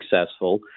successful